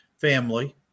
family